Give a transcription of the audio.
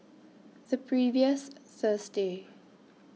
The previous Thursday